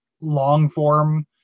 long-form